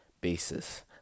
basis